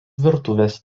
virtuvės